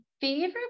favorite